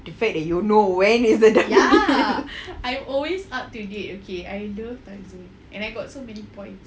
the fact that you know when it's the double deals